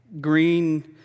green